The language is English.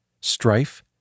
strife